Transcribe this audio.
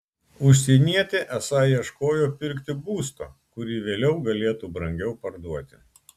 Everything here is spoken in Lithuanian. užsienietė esą ieškojo pirkti būsto kurį vėliau galėtų brangiau parduoti